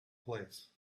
place